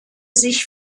sich